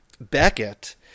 Beckett